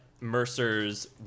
Mercer's